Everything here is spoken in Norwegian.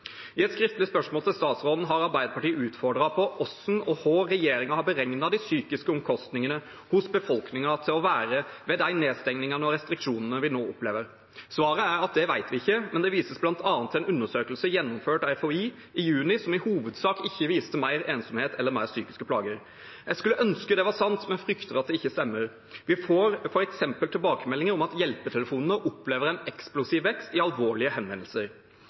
I et skriftlig spørsmål til statsråden har Arbeiderpartiet utfordret ham på hvordan og hva regjeringen har beregnet de psykiske omkostningene hos befolkningen til å være ved de nedstengingene og restriksjonene vi nå opplever. Svaret er at det vet man ikke, men det vises bl.a. til en undersøkelse gjennomført av FHI i juni som i hovedsak ikke viste mer ensomhet eller flere psykiske plager. Jeg skulle ønske det var sant, men frykter at det ikke stemmer. Vi får f.eks. tilbakemeldinger om at hjelpetelefonene opplever en eksplosiv vekst i alvorlige